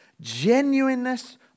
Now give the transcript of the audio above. genuineness